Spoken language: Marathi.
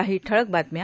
काही ठळक बातम्या